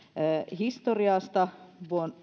historiasta